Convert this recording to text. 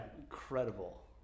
incredible